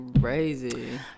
crazy